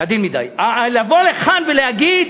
זה עדין מדי, לבוא לכאן ולהגיד